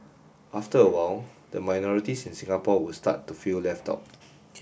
after a while the minorities in Singapore would start to feel left out